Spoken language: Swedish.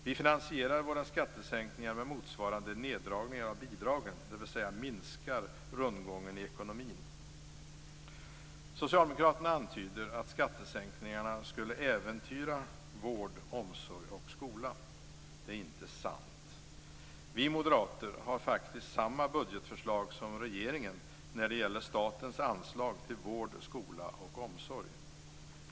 Vi finansierar våra skattesänkningar med motsvarande neddragningar av bidragen, dvs. vi minskar rundgången i ekonomin. Socialdemokraterna antyder att skattesänkningarna skulle äventyra vård, omsorg och skola. Det är inte sant. Vi moderater har faktiskt samma budgetförslag som regeringen när det gäller statens anslag till vård, skola och omsorg.